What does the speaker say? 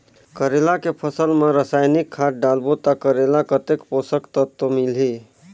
करेला के फसल मा रसायनिक खाद डालबो ता करेला कतेक पोषक तत्व मिलही?